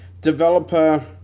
developer